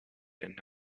into